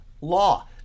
law